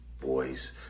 boys